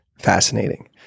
fascinating